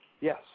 Yes